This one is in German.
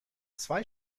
zwei